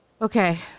Okay